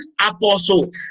apostle